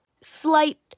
slight